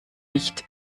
nicht